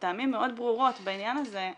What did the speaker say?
לטעמי מאוד ברורות, בעניין הזה,